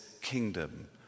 kingdom